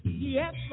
yes